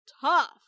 tough